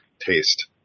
taste